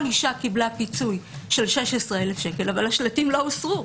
כל אשה קיבלה פיצוי של 16,000 שקל אבל השלטים לא הוסרו.